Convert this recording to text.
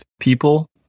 people